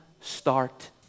start